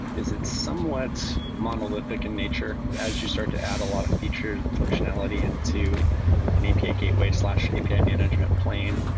is it somewhat monolithic in nature? as you start to add a lot of features and functionality into an api ah gateway api management plane,